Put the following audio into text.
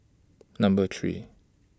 Number three